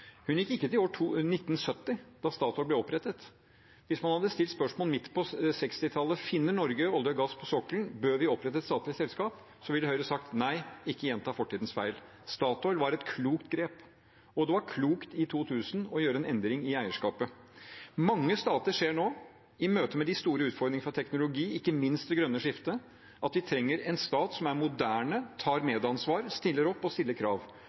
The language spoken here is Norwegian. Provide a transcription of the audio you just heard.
Hun gikk ikke til år 1970, da Statoil ble opprettet. Hvis man på midten av 1960-tallet hadde stilt spørsmålene «Finner Norge olje og gass på sokkelen? Bør vi opprette et statlig selskap?», ville Høyre sagt: «Nei, ikke gjenta fortidens feil.» Statoil var et klokt grep. Det var klokt i 2000 å gjøre en endring i eierskapet. Mange stater ser nå, i møte med de store utfordringene fra teknologi – ikke minst det grønne skiftet – at vi trenger en stat som er moderne, som tar medansvar, stiller opp og stiller krav,